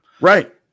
Right